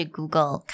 Google